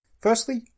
Firstly